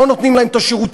לא נותנים להם את השירותים,